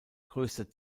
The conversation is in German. größter